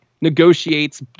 negotiates